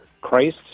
christ